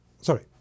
Sorry